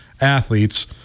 athletes